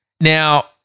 Now-